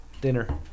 Dinner